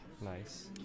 Nice